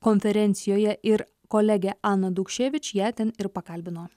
konferencijoje ir kolege ana dukšėvič ją ten ir pakalbino